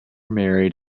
married